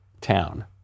town